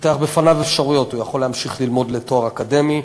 הפותחת בפניו אפשרויות: הוא יכול להמשיך ללמוד לתואר אקדמי,